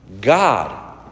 God